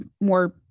more